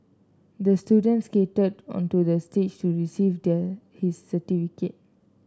the student skated onto the stage to receive their his certificate